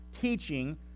teaching